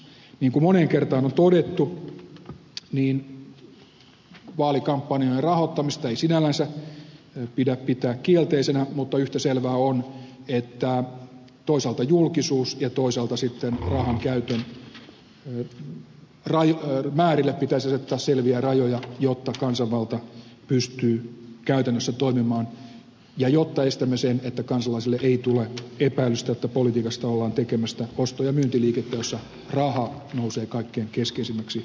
niin kuin moneen kertaan on todettu niin vaalikampanjoiden rahoittamista ei sinällänsä pidä pitää kielteisenä mutta yhtä selvää on että toisaalta julkisuus ja toisaalta sitten rahankäytön määrille pitäisi asettaa selviä rajoja jotta kansanvalta pystyy käytännössä toimimaan ja jotta estämme sen että kansalaisille ei tule epäilystä että politiikasta ollaan tekemässä osto ja myyntiliikettä jossa raha nousee kaikkein keskeisimmäksi vaikuttajaksi